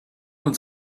uns